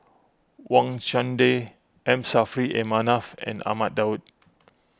Wang Chunde M Saffri A Manaf and Ahmad Daud